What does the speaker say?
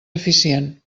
eficient